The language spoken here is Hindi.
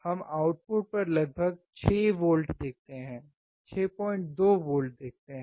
हम आउटपुट पर लगभग 6 वोल्ट 62 वोल्ट देखते हैं